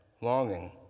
longing